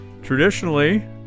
Traditionally